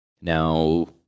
Now